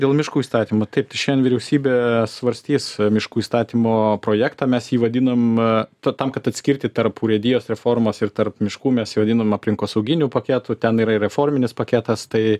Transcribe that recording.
dėl miškų įstatymo taip tai šiandien vyriausybė svarstys miškų įstatymo projektą mes jį vadinam tad tam kad atskirti tarp urėdijos reformos ir tarp miškų mes jį vadinam aplinkosauginiu paketu ten yra ir reforminis paketas tai